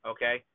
Okay